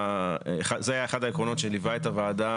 זה היה אחד העקרונות שליווה את הוועדה